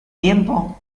tiempo